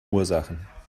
ursachen